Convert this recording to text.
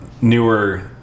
newer